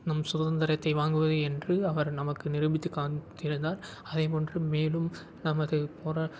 நம் சுதந்திரத்தை வாங்குவது என்று அவர் நமக்கு நிரூபித்து காமித்திருந்தார் அதைபோன்று மேலும் நமது போரா